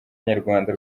nyarwanda